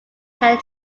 had